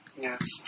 Yes